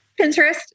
Pinterest